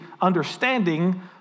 understanding